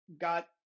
got